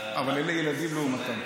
אבל אלה ילדים לעומתם.